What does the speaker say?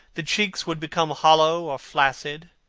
the cheeks would become hollow or flaccid.